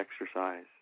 exercise